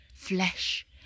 flesh